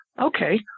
okay